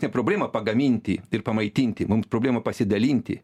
ne problema pagaminti ir pamaitinti mums problema pasidalinti